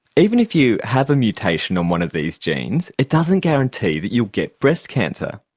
even if you have a mutation on one of these genes it doesn't guarantee that you'll get breast cancer.